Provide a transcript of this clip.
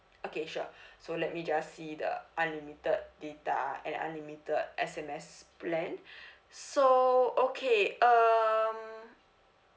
okay sure so let me just see the unlimited data and unlimited S_M_S plan so okay um